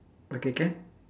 okay can